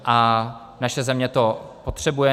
A naše země to potřebuje.